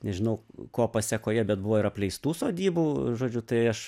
nežinau ko pasekoje bet buvo ir apleistų sodybų žodžiu tai aš